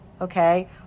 okay